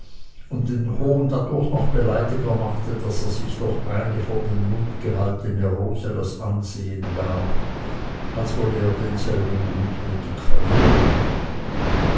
und seinen hohn dadurch noch beleidigender machte daß er sich durch eine vor den mund gehaltene rose das ansehen gab als wolle er denselben gutmütig verhehlen